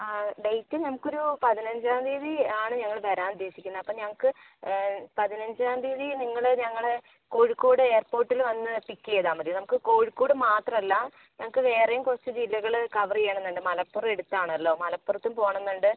ആ ഡേറ്റ് ഞങ്ങൾക്കൊരു പതിനഞ്ചാം തീയ്യതി ആണ് ഞങ്ങൾ വരാൻ ഉദ്ദേശിക്കുന്നത് അപ്പം ഞങ്ങൾക്ക് പതിനഞ്ചാം തീയ്യതി നിങ്ങൾ ഞങ്ങളെ കോഴിക്കോട് എയർപോട്ടിൽ വന്ന് പിക്ക് ചെയ്താൽ മതി നമുക്ക് കോഴിക്കോട് മാത്രമല്ല ഞങ്ങൾക്ക് വേറെയും കുറച്ച് ജില്ലകൾ കവറ് ചെയ്യണം എന്നുണ്ട് മലപ്പുറം അടുത്താണല്ലോ മലപ്പുറത്തും പോകണം എന്നുണ്ട്